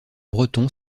breton